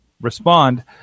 Respond